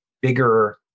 bigger